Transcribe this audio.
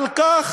על כך